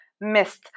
missed